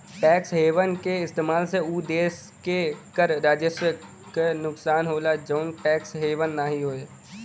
tax haven क इस्तेमाल से उ देश के कर राजस्व क नुकसान होला जौन टैक्स हेवन नाहीं हौ